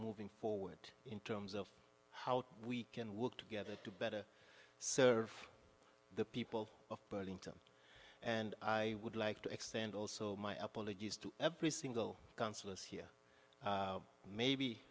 moving forward in terms of how we can work together to better serve the people of burlington and i would like to extend also my apologies to every single councillors here maybe